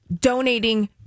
donating